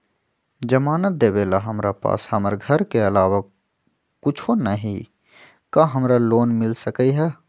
जमानत देवेला हमरा पास हमर घर के अलावा कुछो न ही का हमरा लोन मिल सकई ह?